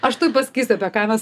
aš tuoj pasakysiu apie ką mes